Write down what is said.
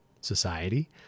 society